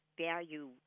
value